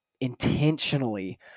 intentionally